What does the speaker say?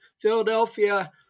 Philadelphia